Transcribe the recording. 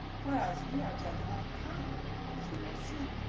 whereas we are gentle and kind, as you may see.